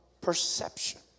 perception